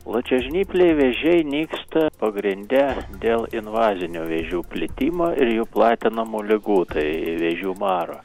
plačiažnypliai vėžiai nyksta pagrinde dėl invazinių vėžių plitimo ir jų platinamų ligų tai vėžių maro